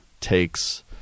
takes